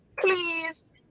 please